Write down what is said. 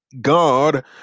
God